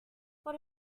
what